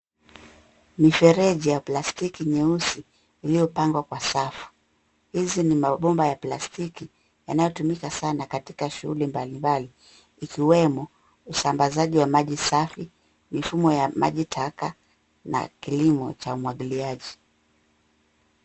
Mifereji ya plastiki nyeusi iliyopangwa kwa safu. Hizi ni mabomba ya plastiki yanayotumika sana katika shughuli mbalimbali ikiwemo usambazaji wa maji safi, mifumo ya maji taka na kilimo cha umwagiliaji.